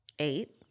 Eight